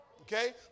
Okay